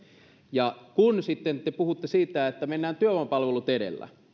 ja sitten te puhutte siitä että mennään työvoimapalvelut edellä